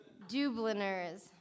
Dubliners